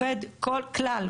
ככלל,